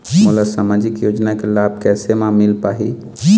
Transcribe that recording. मोला सामाजिक योजना के लाभ कैसे म मिल पाही?